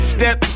Step